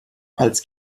als